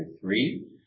three